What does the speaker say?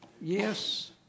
Yes